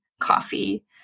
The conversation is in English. coffee